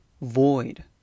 void